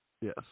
Yes